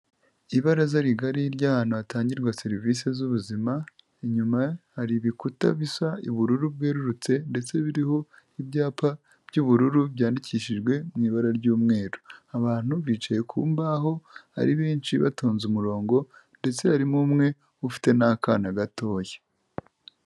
Ibaraza rigari ry'ahantu hatangirwa serivisi z'ubuzima, inyuma hari ibikuta bisa ubururu bwerurutse ndetse biriho ibyapa by'ubururu byandikishijwe mu ibara ry'umweru, abantu bicaye ku mbaho ari benshi batonze umurongo ndetse harimo umwe ufite n'akana gatoya.